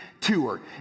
tour